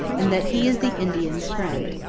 and that he is the indians' friend.